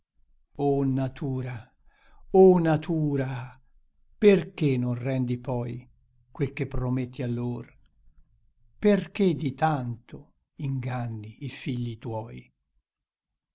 o natura o natura perché non rendi poi quel che prometti allor perché di tanto inganni i figli tuoi